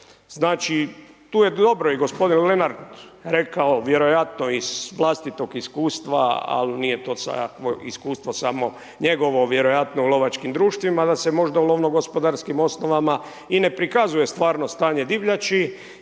Znači tu je, dobro je gospodin Lenard rekao vjerojatno iz vlastitog iskustva ali nije to svakako iskustvo samo njegovo, vjerojatno u lovačkim društvima da se možda u lovno-gospodarskim osnovama i ne prikazuje stvarno stanje divljači